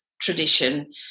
tradition